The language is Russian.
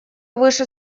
выше